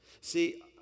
See